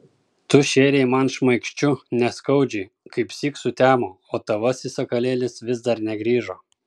tu šėrei man šmaikščiu neskaudžiai kaipsyk sutemo o tavasis sakalėlis vis dar negrįžo